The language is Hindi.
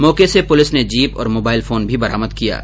मौके से पुलिस ने जीप और मोबाईल फोन भी बरामद किया है